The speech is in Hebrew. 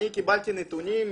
אני קיבלתי נתונים,